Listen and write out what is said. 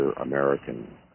American